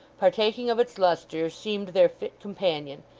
partaking of its lustre, seemed their fit companion,